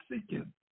seeking